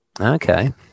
Okay